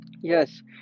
Yes